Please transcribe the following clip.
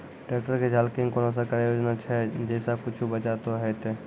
Tractor के झाल किंग कोनो सरकारी योजना छ जैसा कुछ बचा तो है ते?